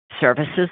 Services